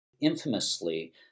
Infamously